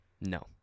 No